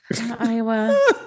Iowa